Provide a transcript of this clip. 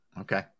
Okay